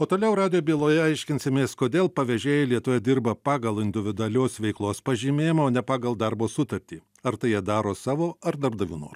o toliau radijo byloje aiškinsimės kodėl pavežėjai lietuvoje dirba pagal individualios veiklos pažymėjimą o ne pagal darbo sutartį ar tai jie daro savo ar darbdavio noru